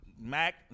Mac